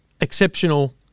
exceptional